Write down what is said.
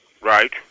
Right